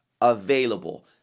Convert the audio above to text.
available